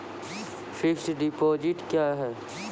Fixed deposit क्या हैं?